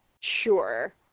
Sure